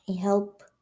help